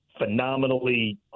phenomenally